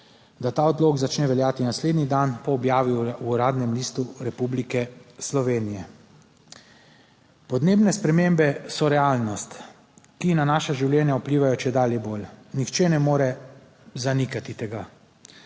da ta odlok začne veljati naslednji dan po objavi v Uradnem listu Republike Slovenije. Podnebne spremembe so realnost, ki na naša življenja vplivajo čedalje bolj. Nihče ne more zanikati tega.